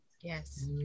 Yes